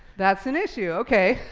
that's an issue, okay.